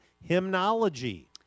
hymnology